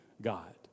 God